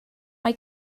mae